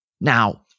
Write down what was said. Now